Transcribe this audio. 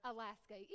Alaska